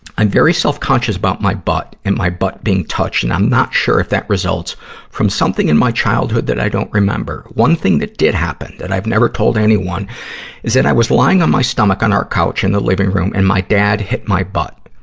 i'm very self-conscious about my butt and my butt being touched. and i'm not sure if that results from something in my childhood that i don't remember. one thing that did happen that i've never told anyone is that i was lying on my stomach on our couch and in the living room, and my dad hit my butt.